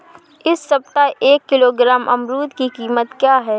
इस सप्ताह एक किलोग्राम अमरूद की कीमत क्या है?